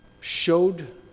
showed